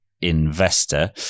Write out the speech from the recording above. Investor